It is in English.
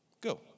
go